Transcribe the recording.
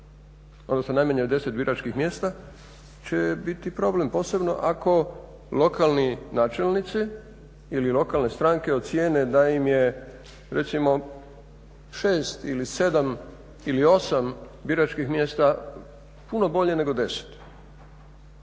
odnosno najmanje 10 biračkih mjesta će biti problem, posebno ako lokalni načelnici ili lokalne stranke ocijene da im je recimo 6 ili 7 ili 8 biračkih mjesta puno bolje nego 10.